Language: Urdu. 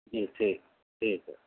جی ٹھیک ٹھیک ہے